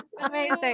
Amazing